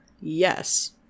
Yes